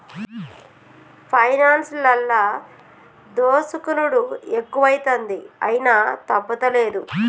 పైనాన్సులల్ల దోసుకునుడు ఎక్కువైతంది, అయినా తప్పుతలేదు